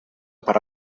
para